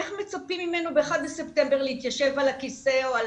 איך מצפים ממנו ב-1 בספטמבר התיישב על הכיסא או על